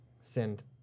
send